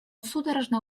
судорожно